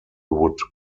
would